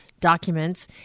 documents